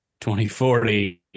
2040